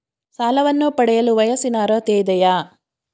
ಸಾಲವನ್ನು ಪಡೆಯಲು ವಯಸ್ಸಿನ ಅರ್ಹತೆ ಇದೆಯಾ?